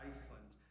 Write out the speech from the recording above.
Iceland